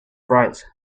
francs